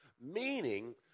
meaning